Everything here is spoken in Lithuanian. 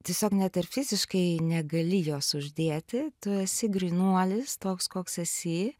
tiesiog net ir fiziškai negali jos uždėti tu esi grynuolis toks koks esi